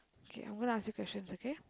okay I'm gona ask you questions okay